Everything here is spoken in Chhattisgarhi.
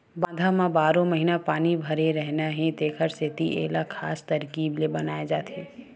बांधा म बारो महिना पानी भरे रहना हे तेखर सेती एला खास तरकीब ले बनाए जाथे